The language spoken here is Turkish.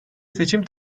seçim